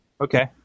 Okay